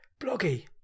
Bloggy